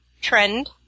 trend